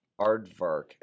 aardvark